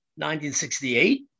1968